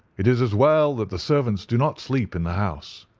it is as well that the servants do not sleep in the house.